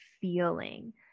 feeling